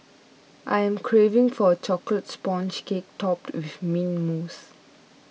I am craving for a Chocolate Sponge Cake Topped with Mint Mousse